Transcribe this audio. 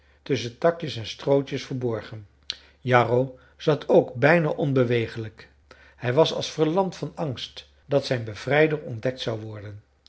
tusschen takjes en strootjes verborgen jarro zat ook bijna onbewegelijk hij was als verlamd van angst dat zijn bevrijder ontdekt zou worden